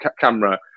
camera